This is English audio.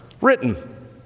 written